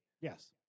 Yes